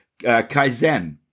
Kaizen